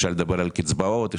אפשר לדבר על קצבאות,